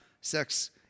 sex